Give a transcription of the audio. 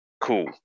cool